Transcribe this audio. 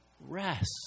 rest